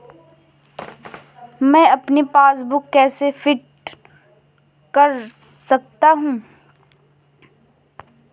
मैं अपनी पासबुक कैसे प्रिंट कर सकता हूँ?